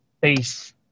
base